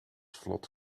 vlot